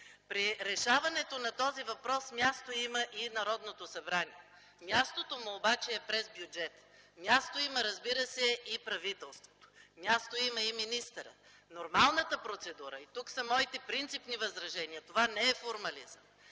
При решаването на този въпрос място има и Народното събрание. Мястото му обаче е през бюджета. А място има, разбира се, и правителството. Място има и министърът. Нормалната процедура – и тук са моите принципни възражения – това не е формализъм.